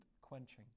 quenching